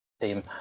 team